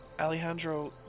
Alejandro